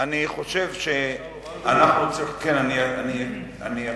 אני חושב שאנחנו צריכים, אני אקשיב,